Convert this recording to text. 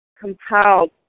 compiled